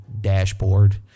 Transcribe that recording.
dashboard